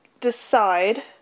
decide